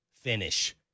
Finish